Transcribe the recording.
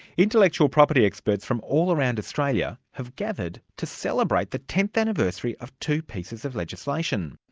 intellectual property experts from all around australia have gathered to celebrate the tenth anniversary of two pieces of legislation.